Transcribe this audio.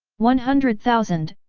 one hundred thousand,